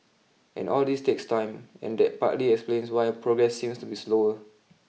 and all this takes time and that partly explains why progress seems to be slower